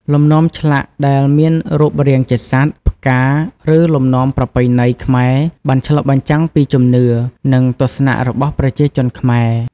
លំនាំឆ្លាក់ដែលមានរូបរាងជាសត្វ ផ្កា ឬលំនាំប្រពៃណីខ្មែរបានឆ្លុះបញ្ចាំងពីជំនឿ និងទស្សនៈរបស់ប្រជាជនខ្មែរ។